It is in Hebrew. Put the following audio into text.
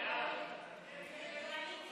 גם לבקש